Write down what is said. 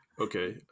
okay